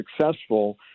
successful